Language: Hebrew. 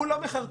הוא לא מחרטט.